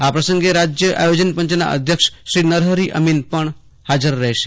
આ પ્રસંગે રાજ્ય આયો જન પંચના અધ્યક્ષશ્રી નરહરિ અમીન પણ હાજર રહેશે